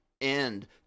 end